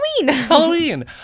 Halloween